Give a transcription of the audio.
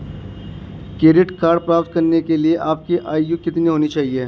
Credit card प्राप्त करने के लिए आपकी आयु कितनी होनी चाहिए?